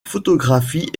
photographie